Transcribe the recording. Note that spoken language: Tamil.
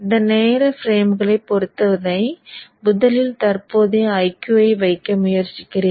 இந்த நேர பிரேம்களைப் பொறுத்தவரை முதலில் தற்போதைய Iq ஐ வைக்க முயற்சிக்கிறேன்